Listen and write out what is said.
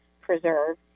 preserve